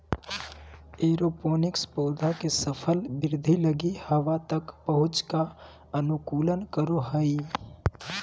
aeroponics पौधा के सफल वृद्धि लगी हवा तक पहुंच का अनुकूलन करो हइ